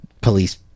police